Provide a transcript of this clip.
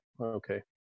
Okay